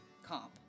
Comp